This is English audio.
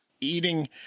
eating